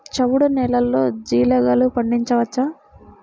చవుడు నేలలో జీలగలు పండించవచ్చా?